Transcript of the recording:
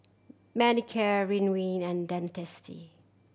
Manicare Ridwind and Dentiste